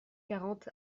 quarante